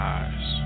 eyes